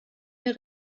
mehr